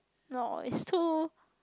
no is too